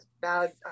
bad